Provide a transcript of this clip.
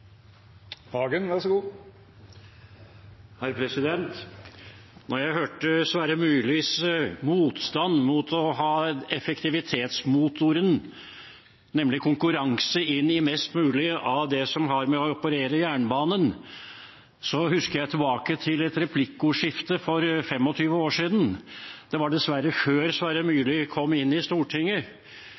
jeg hørte Sverre Myrlis motstand mot å ha effektivitetsmotoren, nemlig konkurranse, inn i mest mulig av det som har å gjøre med å operere jernbane, husker jeg tilbake til et replikkordskifte for 25 år siden. Det var dessverre før Sverre Myrli kom inn på Stortinget.